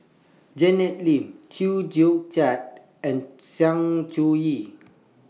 Janet Lim Chew Joo Chiat and Sng Choon Yee